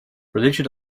religion